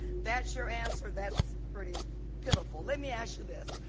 that your answer? that's pretty pitiful. let me ask you this.